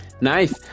Nice